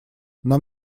нам